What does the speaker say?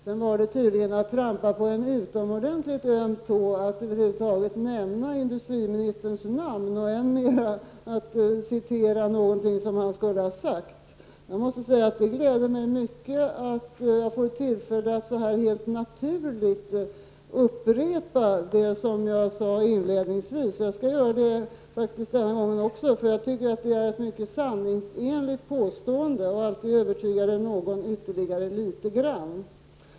Det var tydligen att trampa på en utomordentligt öm tå att över huvud taget nämna industriministerns namn och än mer att citera någonting som han skulle ha sagt. Jag måste säga att det gläder mig mycket att jag får tillfälle att så här helt naturligt upprepa vad jag inledningsvis sade — jag gör det eftersom jag tycker att det är ett mycket sanningsenligt påstående, och alltid övertygar det någon ytterligare litet grand.